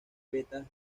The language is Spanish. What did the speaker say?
vetas